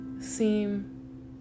seem